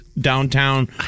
downtown